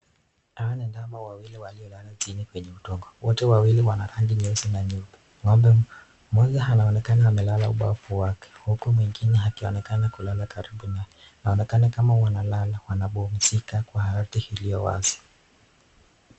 Hawa ni ndama wawili waliolala chini kwenye udondo. Wote wawili wana rangi nyeusi na nyeupe. Mmoja anaonekana amelala kwa ubavu wake ,huku mwingine akionekana kulala karibu naye. Inaonekana kama wanalala, wanapumzika kwa ardhi iliyo wazi.